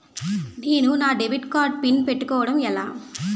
నేను నా debit card pin పెట్టుకోవడం ఎలా?